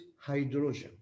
hydrogen